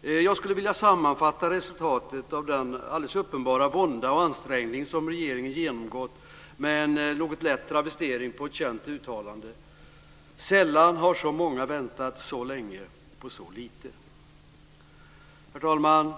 Jag skulle vilja sammanfatta resultatet av den alldeles uppenbara vånda och ansträngning som regeringen genomgått med en lätt travestering på ett känt uttalande: Sällan har så många väntat så länge på så lite. Herr talman!